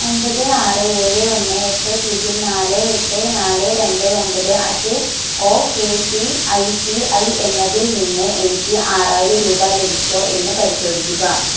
ഒമ്പത് ആറ് ഏഴ് ഒന്ന് എട്ട് പൂജ്യം നാല് എട്ട് നാല് രണ്ട് ഒമ്പത് at O K C I C I എന്നതിൽ നിന്ന് എനിക്ക് ആറായിരം രൂപ ലഭിച്ചോ എന്ന് പരിശോധിക്കുക